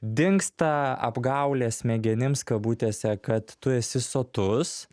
dingsta apgaulė smegenims kabutėse kad tu esi sotus